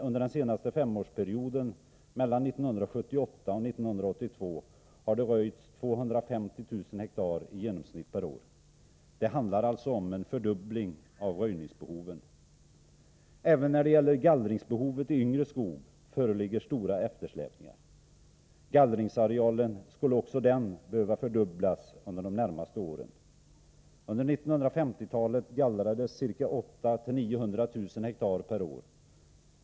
Under den senaste femårsperioden, 1978-1982, har det röjts i genomsnitt 250 000 hektar per år. Det handlar alltså om en fördubbling av röjningsbehoven. Även när det gäller gallringsbehovet i yngre skog föreligger stora eftersläpningar. Också gallringsarealen skulle behöva fördubblas under de närmaste åren. Under 1950-talet gallrades ca 800 000-900 000 hektar per år.